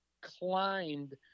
climbed